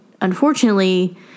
unfortunately